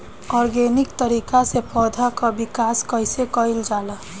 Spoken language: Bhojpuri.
ऑर्गेनिक तरीका से पौधा क विकास कइसे कईल जाला?